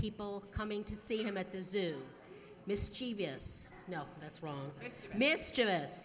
people coming to see him at the zoo no that's wrong mischievous